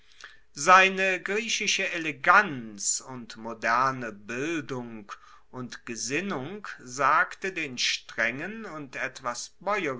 seine griechische eleganz und moderne bildung und gesinnung sagte den strengen und etwas